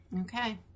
Okay